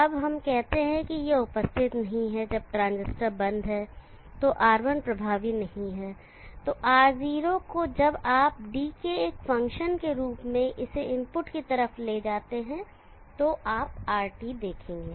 अब हम कहते हैं कि यह उपस्थित नहीं है जब ट्रांजिस्टर बंद है तो R1 प्रभावी नहीं है तो R0 को जब आप d के एक फ़ंक्शन के रूप में इसे इनपुट की तरफ ले जाते हैं तो आप RT देखेंगे